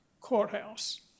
courthouse